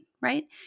right